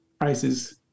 prices